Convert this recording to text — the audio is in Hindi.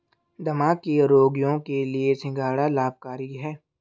दमा के रोगियों के लिए सिंघाड़ा लाभकारी है